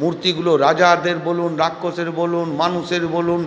মূর্তিগুলা রাজাদের বলুন রাক্ষসের বলুন মানুষের বলুন